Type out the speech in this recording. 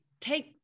take